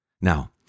Now